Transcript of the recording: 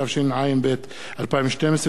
התשע"ב 2012,